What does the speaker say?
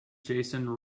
jason